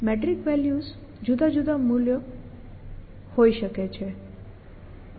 તેથી metric values જુદા જુદા મૂલ્યો લઈ શકે છે